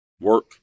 Work